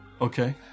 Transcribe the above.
Okay